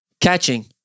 Catching